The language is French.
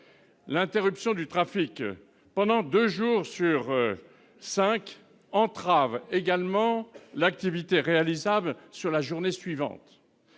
L'interruption du trafic deux jours sur cinq entrave également l'activité de la journée suivante.